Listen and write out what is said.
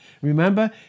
Remember